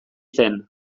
zen